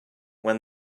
when